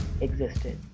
existed